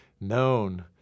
known